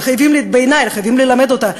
שבעיני חייבים ללמד אותה,